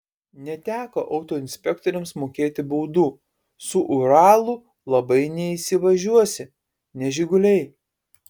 neteko autoinspektoriams mokėti baudų su uralu labai neįsivažiuosi ne žiguliai